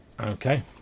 okay